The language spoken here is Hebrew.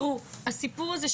הסיפור הזה,